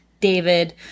David